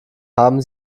haben